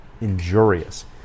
injurious